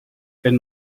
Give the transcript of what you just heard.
wenn